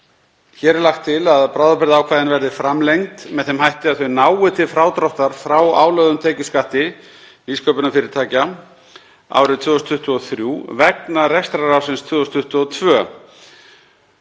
Lagt er til að bráðabirgðaákvæðin verði framlengd með þeim hætti að þau nái til frádráttar frá álögðum tekjuskatti nýsköpunarfyrirtækja árið 2023 vegna rekstrarársins 2022.